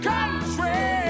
Country